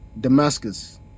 Damascus